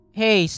hey